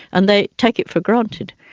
and they take it for granted.